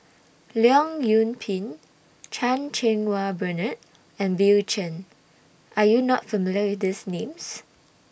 Leong Yoon Pin Chan Cheng Wah Bernard and Bill Chen Are YOU not familiar with These Names